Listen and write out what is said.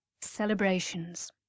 Celebrations